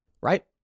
right